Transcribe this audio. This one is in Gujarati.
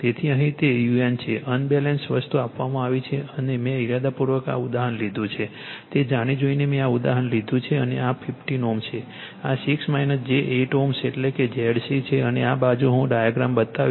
તેથી અહીં તે un છે અનબેલેન્સ વસ્તુ આપવામાં આવી છે અને મેં ઇરાદાપૂર્વક આ ઉદાહરણ લીધું છે તે જાણી જોઈને મેં આ ઉદાહરણ લીધું છે અને આ 15 Ω છે આ 6 j 8 Ω એટલે કે Zc છે અને આ બાજુ હું ડાયાગ્રામ બતાવીશ